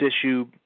issue